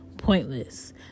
Pointless